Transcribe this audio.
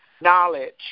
knowledge